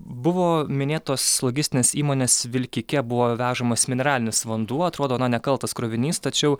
buvo minėtos logistinės įmonės vilkike buvo vežamas mineralinis vanduo atrodo na nekaltas krovinys tačiau